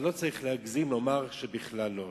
אבל לא צריך להגזים ולומר שבכלל לא.